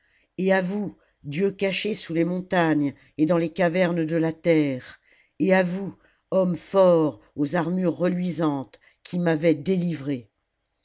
et à vous dieux cachés sous les montagnes et dans les cavernes de la terre et à vous hommes forts aux armures reluisantes qui m'avez délivré